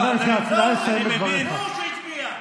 אתה זוכר את ההצבעה.